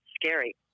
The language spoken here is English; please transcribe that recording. scary